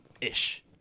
ish